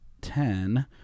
Ten